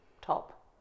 top